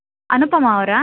ಹಾಂ ಹಲೋ ಹೇಳಿ ರೀ